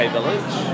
Village